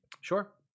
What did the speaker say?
Sure